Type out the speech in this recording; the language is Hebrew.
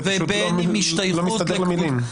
זה פשוט לא מסתדר עם המילים.